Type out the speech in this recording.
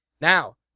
Now